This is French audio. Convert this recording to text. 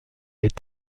est